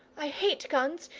i hate guns,